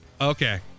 Okay